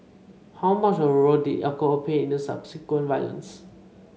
how much of a role did alcohol play in the subsequent violence